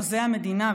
חוזה המדינה,